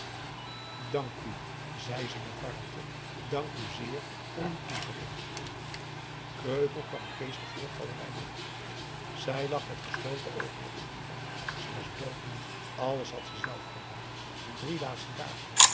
dank u zei ze met warmte dank u zeer voor uw toezegging kreupel kwam kees de voorgalerij binnen hinken zij lag met gesloten oogen op een divan ze was doodmoe alles had ze zelf gedaan die drie laatste dagen